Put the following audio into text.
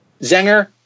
Zenger